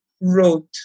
wrote